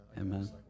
amen